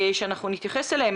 שאנחנו נתייחס אליהם,